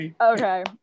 okay